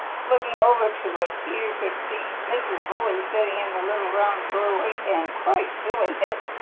looking over to it, peter could see mrs. bully sitting in the little round doorway and quite filling it.